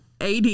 AD